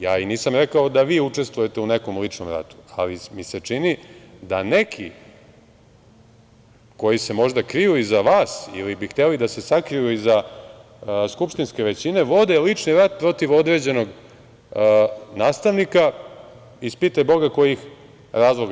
Ja i nisam rekao da vi učestvujete u nekom ličnom ratu, ali mi se čini da neki koji se možda kriju iza vas ili bi hteli da se sakriju iza skupštinske većine vode lični rat protiv određenog nastavnika iz pitaj Boga kojih razloga.